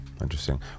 Interesting